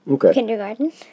kindergarten